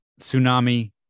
tsunami